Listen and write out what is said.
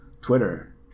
Twitter